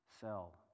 Sell